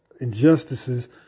injustices